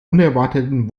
unerwarteten